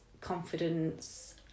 confidence